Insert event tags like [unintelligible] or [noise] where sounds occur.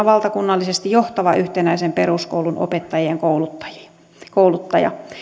[unintelligible] valtakunnallisesti johtava yhtenäisen peruskoulun opettajien kouluttaja